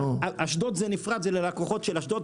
אשדוד זה נפרד, ללקוחות של אשדוד.